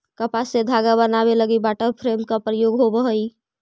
कपास से धागा बनावे लगी वाटर फ्रेम के प्रयोग होवऽ हलई